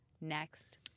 next